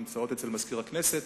נמצאות אצל מזכיר הכנסת.